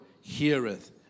heareth